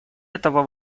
этого